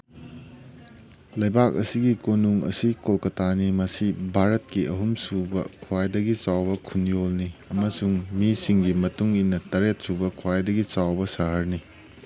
ꯂꯩꯕꯥꯛ ꯑꯁꯤꯒꯤ ꯀꯣꯅꯨꯡ ꯑꯁꯤ ꯀꯣꯜꯀꯇꯥꯅꯤ ꯃꯁꯤ ꯚꯥꯔꯠꯀꯤ ꯑꯍꯨꯝ ꯁꯨꯕ ꯈ꯭ꯋꯥꯏꯗꯒꯤ ꯆꯥꯎꯕ ꯈꯨꯟꯌꯣꯜꯅꯤ ꯑꯃꯁꯨꯡ ꯃꯤꯁꯤꯡꯒꯤ ꯃꯇꯨꯡ ꯏꯟꯅ ꯇꯔꯦꯠ ꯁꯨꯕ ꯈ꯭ꯋꯥꯏꯗꯒꯤ ꯆꯥꯎꯕ ꯁꯍꯔꯅꯤ